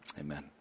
amen